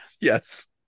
yes